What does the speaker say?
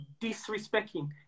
disrespecting